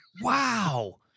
wow